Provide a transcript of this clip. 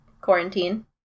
quarantine